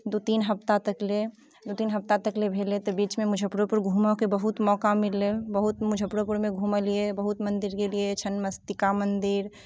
दू तीन हफ्ता तक ले दू तीन हफ्ता तक ले भेलै तऽ बीचमे मुजफ्फरोपुर घूमऽ के बहुत मौका मिललै बहुत मुजफ्फरोपुरमे घुमलियै बहुत मंदिर गेलियै छन्नमस्तिका मंदिर